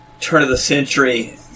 turn-of-the-century